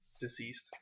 deceased